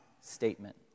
statement